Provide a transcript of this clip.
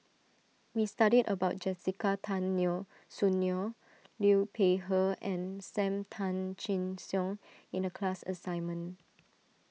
we studied about Jessica Tan Neo Soon Neo Liu Peihe and Sam Tan Chin Siong in the class assignment